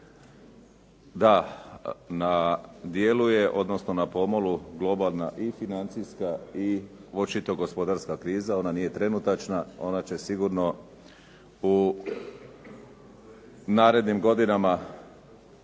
da na djelu je, odnosno na pomolu globalna i financijska i očito gospodarska kriza, ona nije trenutačna, ona će sigurno u narednim godinama